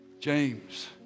James